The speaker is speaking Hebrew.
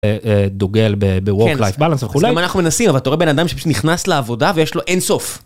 דוגל ב-work-life-balance וכו'. אז אנחנו מנסים, אבל אתה רואה בן אדם שנכנס לעבודה ויש לו אין סוף.